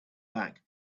back